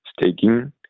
staking